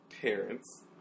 parents